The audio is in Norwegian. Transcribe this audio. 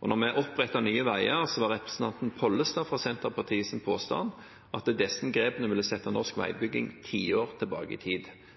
Da vi opprettet Nye Veier, var representanten Pollestad fra Senterpartiet sin påstand at disse grepene ville sette norsk veibygging tiår tilbake i tid.